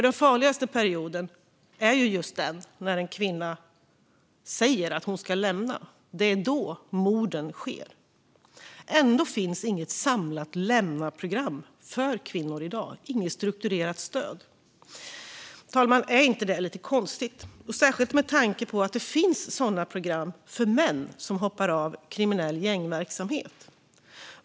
Den farligaste perioden är just den när en kvinna säger att hon ska lämna sin partner. Det är då morden sker. Ändå finns inget samlat lämnaprogram och inget strukturerat stöd för kvinnor i dag. Herr talman! Är inte det här lite konstigt, särskilt med tanke på att det finns program för män som hoppar av kriminell gängverksamhet?